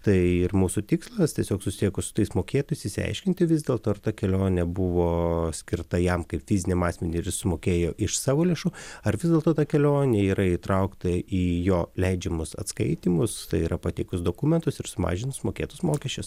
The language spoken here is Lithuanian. tai ir mūsų tikslas tiesiog susisiekus su tais mokėtojais išsiaiškinti vis dėlto ar ta kelionė buvo skirta jam kaip fiziniam asmeniui ir jis sumokėjo iš savo lėšų ar vis dėlto ta kelionė yra įtraukta į jo leidžiamus atskaitymus tai yra pateikus dokumentus ir sumažinus mokėtus mokesčius